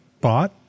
bought